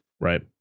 Right